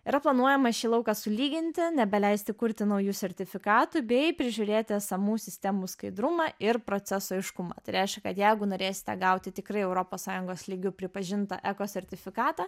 yra planuojama šį lauką sulyginti nebeleisti kurti naujų sertifikatų bei prižiūrėti esamų sistemų skaidrumą ir proceso aiškumą tai reiškia kad jeigu norėsite gauti tikrai europos sąjungos lygiu pripažintą eko sertifikatą